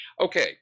Okay